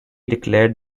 declared